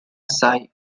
sigh